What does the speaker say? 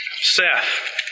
Seth